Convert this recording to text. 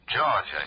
George